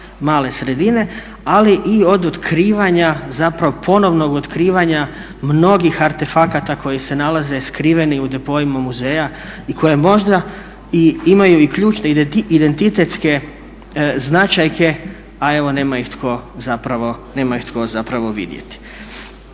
male sredine ali i od otkrivanja, zapravo ponovnog otkrivanja mnogih artefakta koji se nalaze skriveni u depoima muzeja i koje možda i imaju ključne identitetske značajke a evo nema ih tko zapravo, nema